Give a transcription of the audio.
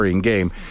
game